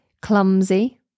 clumsy